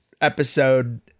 episode